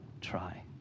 try